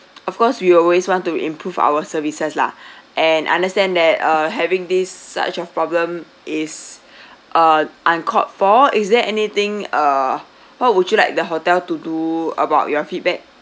of course we always want to improve our services lah and understand that uh having these such of problem is uh uncalled for is there anything uh what would you like the hotel to do about your feedback